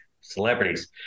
celebrities